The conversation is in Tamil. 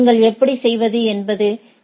நீங்கள் எப்படி செய்வது என்பது எ